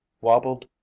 wobbled